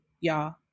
y'all